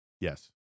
yes